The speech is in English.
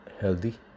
healthy